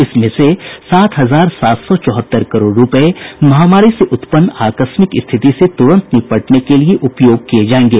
इसमें से सात हजार सात सौ चौहत्तर करोड़ रुपये महामारी से उत्पन्न आकस्मिक स्थिति से तुरंत निपटने के लिए उपयोग किये जायेंगे